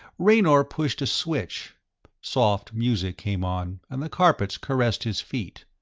raynor pushed a switch soft music came on, and the carpets caressed his feet.